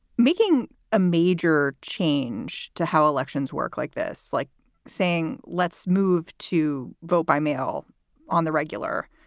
making a major change to how elections work like this, like saying let's move to vote by mail on the regular.